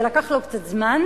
זה לקח לו קצת זמן.